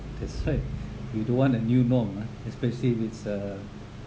that's why you don't want a new normal ah especially if it's a